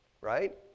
right